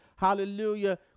Hallelujah